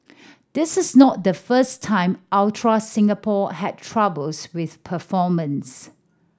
this is not the first time Ultra Singapore had troubles with performance